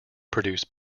produce